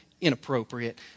inappropriate